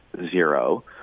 zero